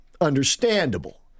understandable